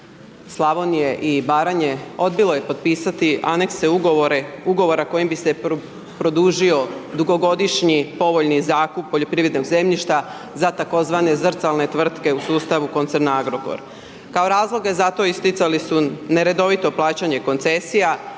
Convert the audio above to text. Slavonije i Baranje, odbilo je potpisati anekse ugovora kojim bi se produžio dugogodišnji povoljni zakup poljoprivrednog zemljišta, za tzv. zrcalne tvrtke u sustavu koncern Agrokor. Kao razloge za to isticali su neredovito plaćanje koncesija,